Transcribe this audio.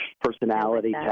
personality